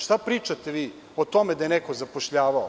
Šta pričate vi o tome da je neko zapošljavao?